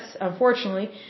unfortunately